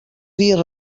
dir